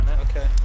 Okay